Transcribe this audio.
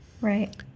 right